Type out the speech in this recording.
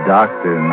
Doctor